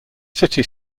city